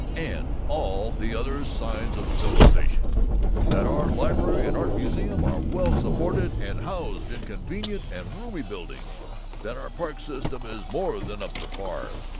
and all the other signs of civilization that our library and art museum are well supported and housed in convenient and roomy buildings that our park-system is more than up to par,